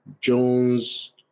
Jones